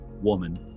woman